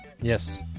Yes